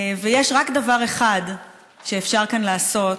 יש רק דבר אחר שאפשר כאן לעשות